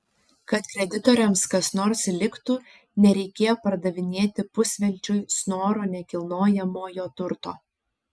kad kreditoriams kas nors liktų nereikėjo pardavinėti pusvelčiui snoro nekilnojamojo turto